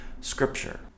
scripture